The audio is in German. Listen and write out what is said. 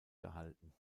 gehalten